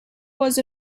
was